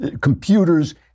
computers